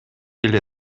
эле